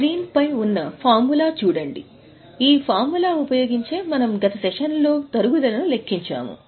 screen పై ఉన్న formula చూడండి ఈ ఫార్ములాను ఉపయోగించి మనం జనరేషన్లో తరుగుదలను లెక్కించాము